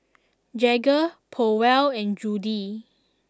Jagger Powell and Judy